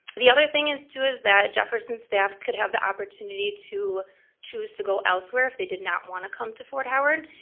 the other thing too is that jefferson staff could have the opportunity to choose to go elsewhere if they did not wanna come to fort howard,